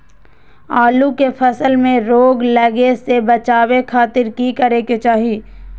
आलू के फसल में रोग लगे से बचावे खातिर की करे के चाही?